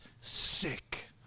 sick